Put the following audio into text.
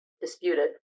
disputed